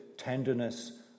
tenderness